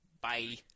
Bye